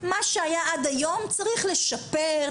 מה שהיה עד היום צריך לשפר,